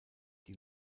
die